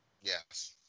Yes